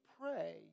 pray